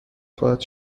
خواهد